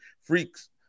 Freaks